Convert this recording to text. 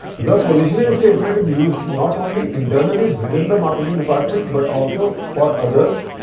the positioning statement is used not only internally within the marketing department, but also for others,